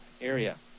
area